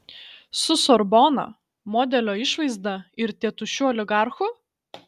su sorbona modelio išvaizda ir tėtušiu oligarchu